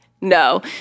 no